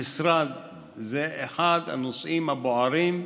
במשרד זה אחד הנושאים הבוערים,